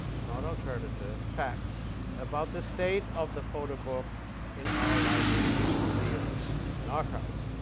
not alternative facts about the state of the photo book in our libraries, museums, and archives,